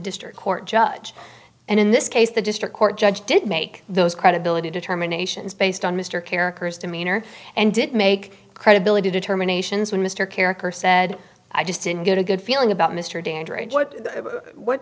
district court judge and in this case the district court judge did make those credibility determinations based on mr characters demeanor and did make credibility determinations when mr kerik or said i just didn't get a good feeling about